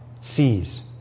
sees